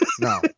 no